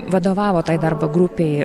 vadovavo tai darbo grupei